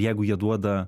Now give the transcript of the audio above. jeigu jie duoda